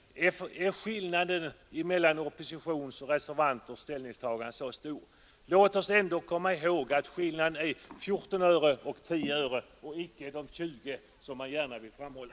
Är skillnaden mellan oppositionens och reservanternas ställningstaganden så stor? Låt oss ändå komma ihåg att skillnaden är antingen 14 öre eller 10 öre och att vårt förslag icke är de 20 öre som man gärna vill framhålla.